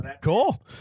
Cool